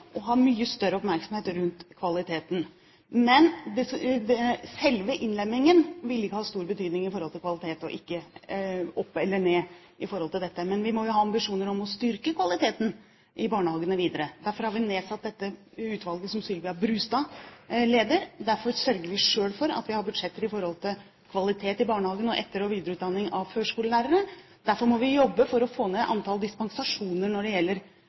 mye større oppmerksomhet rundt kvaliteten. Men selve innlemmingen vil ikke ha stor betydning for om kvaliteten går opp eller ned. Men vi må jo ha ambisjoner om å styrke kvaliteten i barnehagene videre. Derfor har vi nedsatt dette utvalget som Sylvia Brustad leder. Derfor sørger vi selv for at vi har budsjetter når det gjelder kvalitet i barnehagene og etter- og videreutdanning av førskolelærere. Derfor må vi jobbe for å få ned antall dispensasjoner når det gjelder